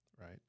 right